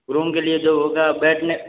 room के लिए जो होगा बैठने